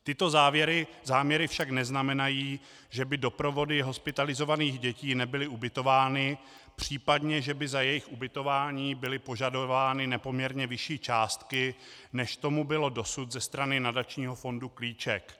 Tyto záměry však neznamenají, že by doprovody hospitalizovaných dětí nebyly ubytovány, případně že by za jejich ubytování byly požadovány nepoměrně vyšší částky, než tomu bylo dosud ze strany nadačního fondu Klíček.